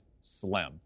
slim